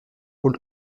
paul